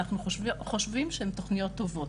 אנחנו חושבים שהם תוכניות טובות.